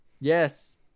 yes